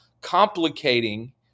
complicating